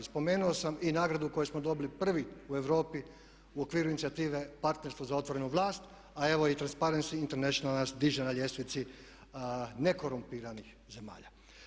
Spomenuo sam i nagradu koju smo dobili prvi u Europi u okviru inicijative partnerstvo za otvorenu vlast a evo i Transparency nas diže na ljestvici nekorumpiranih zemalja.